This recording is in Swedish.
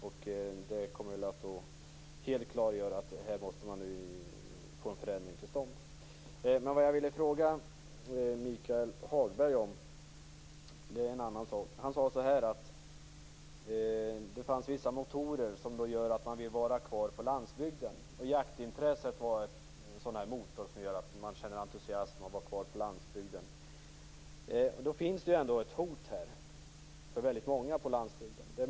Detta kommer att helt klargöra att man måste få en förändring till stånd. Jag vill fråga Michael Hagberg om en annan sak. Han sade att det finns vissa motorer som gör att man vill vara kvar på landsbygden, och att jaktintresset skulle vara en sådan motor som gör att man känner entusiasm över att vara kvar på landsbygden. Men det finns ändå ett hot för väldigt många på landsbygden.